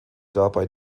dabei